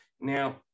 Now